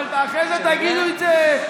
אבל אחרי זה תגידו את זה,